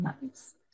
Nice